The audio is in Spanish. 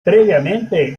previamente